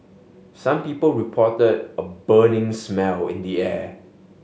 some people reported a burning smell in the air